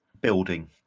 building